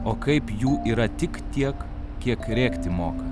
o kaip jų yra tik tiek kiek rėkti moka